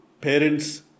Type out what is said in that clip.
parents